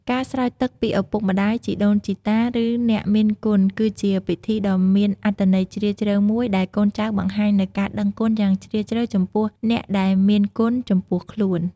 ការស្រោចទឹកពីឪពុកម្ដាយ ជីដូនជីតា ឬអ្នកមានគុណគឺជាពិធីដ៏មានអត្ថន័យជ្រាលជ្រៅមួយដែលកូនចៅបង្ហាញនូវការដឹងគុណយ៉ាងជ្រាលជ្រៅចំពោះអ្នកដែលមានគុណចំពោះខ្លួន។